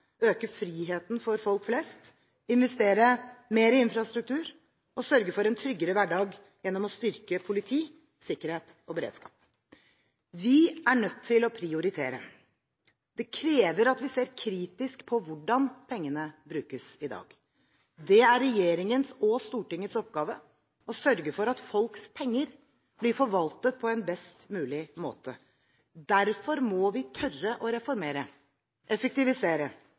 øke friheten for folk flest, investere mer i infrastruktur og sørge for en tryggere hverdag gjennom å styrke politi, sikkerhet og beredskap. Vi er nødt til å prioritere. Det krever at vi ser kritisk på hvordan pengene brukes i dag. Det er regjeringens og Stortingets oppgave å sørge for at folks penger blir forvaltet på en best mulig måte. Derfor må vi tørre å reformere, effektivisere,